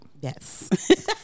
Yes